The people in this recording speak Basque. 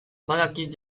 badakit